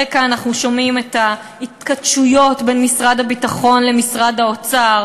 ברקע אנחנו שומעים את ההתכתשויות בין המשרד לשירותי דת למשרד האוצר